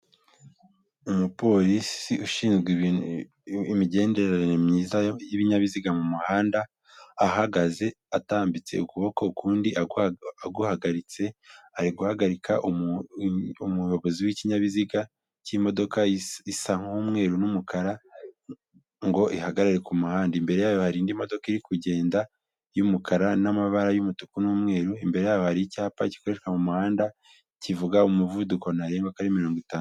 Umupolisi ushinzwe imigende myiza y'ibinyabiziga mu muhanda ahagaze atambitse ukubo ukundi aguhagaritse ari guhagarika umuyobozi w'ikinyabiziga cy'imodoka isa n'umweru n'umukara ngo ihahagare ku muhanda, imbere yayo harinda imodoka iri kugenda y'umukara n'amabara y'umutuku n'umweru, imbere yabo hari icyapa gikoreshwa mu muhanda kivuga umuvuduko ntarengwa ko mirongo itanu.